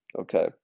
okay